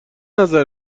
نظر